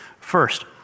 First